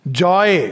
joy